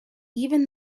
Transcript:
even